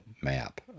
map